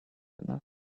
enough